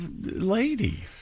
lady